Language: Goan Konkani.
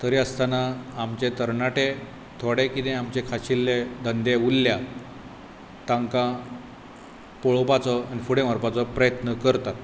तरी आसतना आमचे तरणाटे थोडें कितें आमचे खाशिल्ले धंदे उरल्या तांकां पळोवपाचो आनी फुडें व्हरपाचो प्रयत्न करता